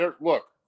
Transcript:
look